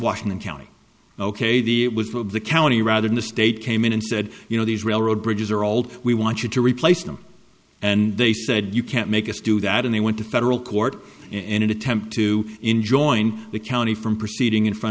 washington county ok the it was one of the county rather in the state came in and said you know these railroad bridges are old we want you to replace them and they said you can't make us do that and they went to federal court in an attempt to enjoin the county from proceeding in front